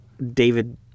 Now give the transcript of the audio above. David